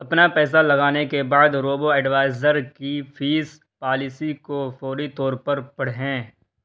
اپنا پیسہ لگانے کے بعد روبو ایڈوائزر کی فیس پالیسی کو فوری طور پر پڑھیں